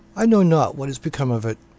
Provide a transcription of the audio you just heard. i know not what is become of it.